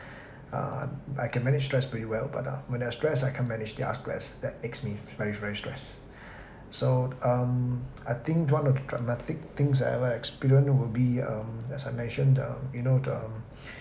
err) I can manage stress pretty well but uh when they are stress I can't manage their stress that makes me very very stressed so um I think one of dramatic things I ever experience that will be um as I mentioned you know the